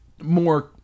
More